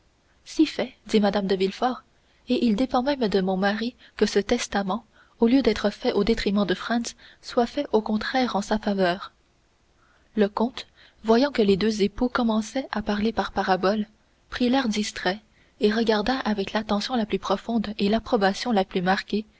si fait dit mme de villefort et il dépend même de mon mari que ce testament au lieu d'être fait au détriment de valentine soit fait au contraire en sa faveur le comte voyant que les deux époux commençaient à parler par paraboles prit l'air distrait et regarda avec l'attention la plus profonde et l'approbation la plus marquée